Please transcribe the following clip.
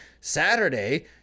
Saturday